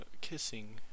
kissing